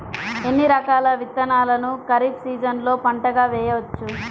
ఎన్ని రకాల విత్తనాలను ఖరీఫ్ సీజన్లో పంటగా వేయచ్చు?